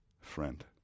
friend